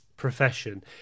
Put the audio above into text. profession